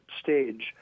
stage